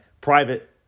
private